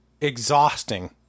exhausting